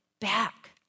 back